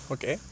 Okay